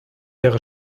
jahre